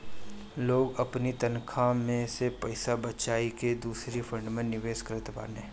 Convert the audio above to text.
लोग अपनी तनखा में से पईसा बचाई के दूसरी फंड में निवेश करत बाटे